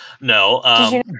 no